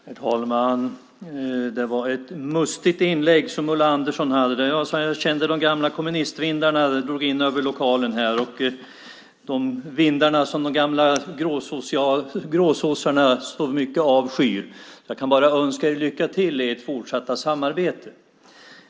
Herr talman! Det var ett mustigt inlägg av Ulla Andersson. Det var så jag kände de gamla kommunistvindarna dra in över lokalen - de vindar som de gamla gråsossarna avskyr så mycket. Jag kan bara önska er lycka till i ert fortsatta samarbete.